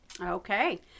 Okay